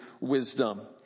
wisdom